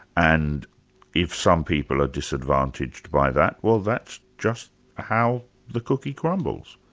and if some people are disadvantaged by that, well that's just how the cookie crumbles.